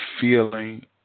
feeling